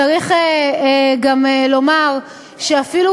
צריך גם לומר שאפילו